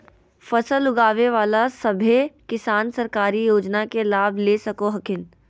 फसल उगाबे बला सभै किसान सरकारी योजना के लाभ ले सको हखिन